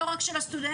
לא רק של הסטודנטים,